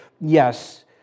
yes